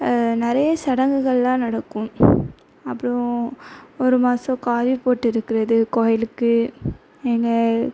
நிறைய சடங்குகள்லாம் நடக்கும் அப்புறம் ஒரு மாதம் காவி போட்டு இருக்கிறது கோவிலுக்கு எங்கள்